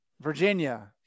Virginia